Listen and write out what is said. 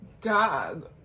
god